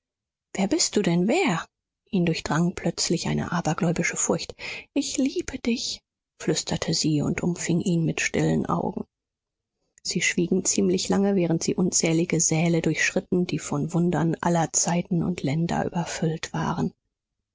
wer bist du denn wer ihn durchdrang plötzlich eine abergläubische furcht ich liebe dich flüsterte sie und umfing ihn mit stillen augen sie schwiegen ziemlich lange während sie unzählige säle durchschritten die von wundern aller zeiten und länder überfüllt waren